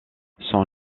son